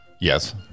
Yes